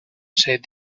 said